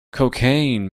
cocaine